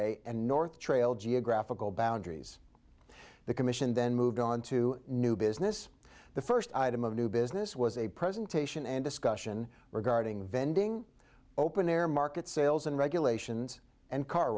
a and north trail geographical boundaries the commission then moved on to new business the first item of new business was a presentation and discussion regarding vending open air market sales and regulations and car